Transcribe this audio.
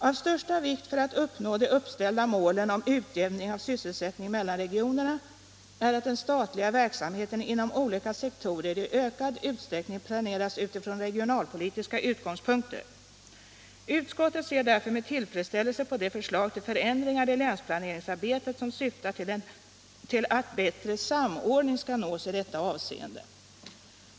——-—- Av största vikt för att uppnå de uppställda målen om utjämning av sysselsättningen mellan regionerna är att den statliga verksamheten inom olika sektorer i ökad utsträckning planeras utifrån regionalpolitiska utgångspunkter. Utskottet ser därför med tillfredsställelse på de förslag till förändringar i länsplaneringsarbetet som syftar till att bättre samordning skall nås i detta avseende.